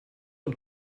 und